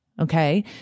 Okay